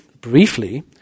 briefly